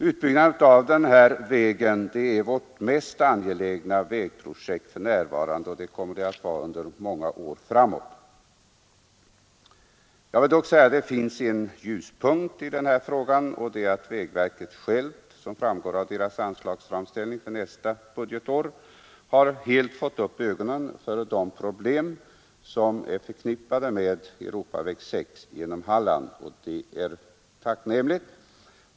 Utbyggnaden av E 6 är vårt mest angelägna vägprojekt för närvarande, och den kommer att vara det under många år framåt. Jag vill dock säga att det finns en ljuspunkt i denna fråga, och det är att vägverket självt, som framgår av dess anslagsframställning för nästa år, helt har fått upp ögonen för de problem som är förknippade med E 6 genom Halland. Det är tacknämligt.